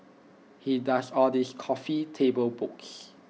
he does all these coffee table books